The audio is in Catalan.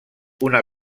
una